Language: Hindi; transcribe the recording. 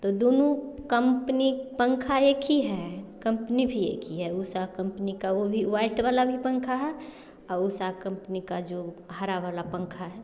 तो दोनों कम्पनी पंखा एक ही है कम्पनी भी एक ही है उषा कम्पनी का वो भी वाइट वाला भी पंखा है और उषा कम्पनी का जो हरा वाला पंखा है